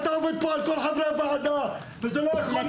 אתה עובד על כל חברי הוועדה וזה לא יכול להיות.